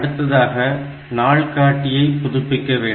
அடுத்ததாக நாள் காட்டியை புதுப்பிக்க வேண்டும்